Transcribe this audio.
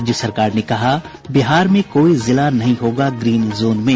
राज्य सरकार ने कहा बिहार में कोई जिला नहीं होगा ग्रीन जोन में